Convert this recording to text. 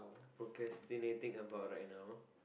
procrastinating about right now